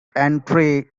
entry